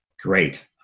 great